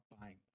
buying